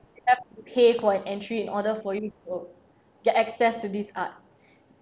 you have to pay for an entry in order for you to get access to this art